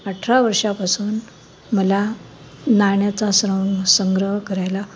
अठरा वर्षापासून मला नाण्याचा स्रं संग्रह करायला